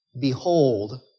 Behold